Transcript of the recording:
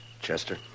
Chester